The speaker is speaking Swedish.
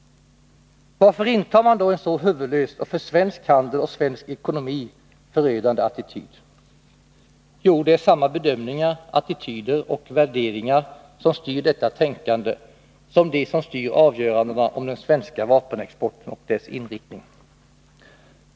Varför intar man då en så huvudlös och för svensk handel och svensk ekonomi förödande attityd? Jo, det är samma bedömningar, attityder och värderingar som styr detta tänkande som de som styr avgörandena om den svenska vapenexporten och dess inriktning.